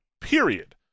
period